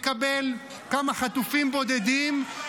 מקבל כמה חטופים בודדים,